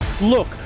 look